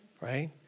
right